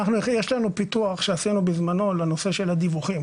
יש לנו פיתוח שעשינו בזמנו לנושא של הדיווחים